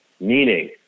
Meaning